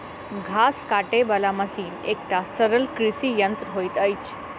घास काटय बला मशीन एकटा सरल कृषि यंत्र होइत अछि